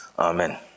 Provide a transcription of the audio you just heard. Amen